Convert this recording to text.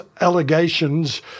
allegations